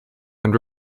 and